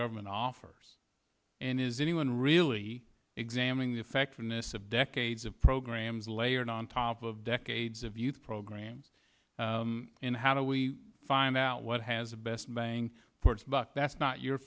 government offers and is anyone really examining the effectiveness of decades of programs layered on top of decades of youth programs and how do we find out what has the best bang for its buck that's not your